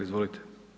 Izvolite.